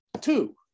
Two